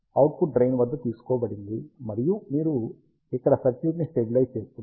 output drain వద్ద తీసుకోబడింది మరియు మీరు ఇక్కడ సర్క్యూట్ ని స్టెబిలైజ్ చేస్తున్నారు